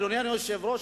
אדוני היושב-ראש,